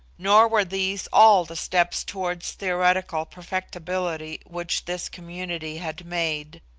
nor were these all the steps towards theoretical perfectibility which this community had made.